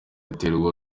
iterwa